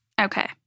Okay